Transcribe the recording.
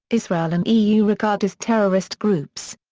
israel and eu regard as terrorist groups.